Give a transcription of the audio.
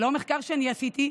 זה לא מחקר שאני עשיתי,